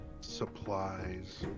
Supplies